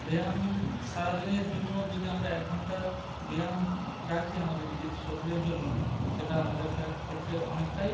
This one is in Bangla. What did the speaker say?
ব্যায়াম সারাদিনের জন্য যদি আমরা এক ঘন্টা ব্যায়াম রাখি আমাদের নিজের শরীরের জন্য সেটা আমাদেরকা ক্ষেত্রে অনেকটাই